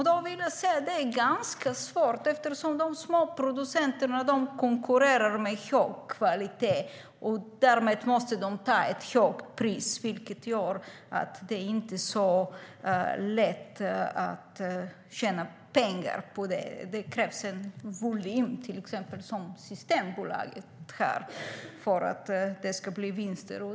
Då vill jag säga: Det är ganska svårt, eftersom de små producenterna konkurrerar med hög kvalitet, och därmed måste de ta ett högt pris. Det gör att det inte är så lätt att tjäna pengar på det. Det krävs en volym, som till exempel Systembolaget har, för att det ska bli vinster.